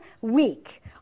week